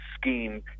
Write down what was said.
scheme